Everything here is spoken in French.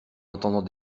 entendant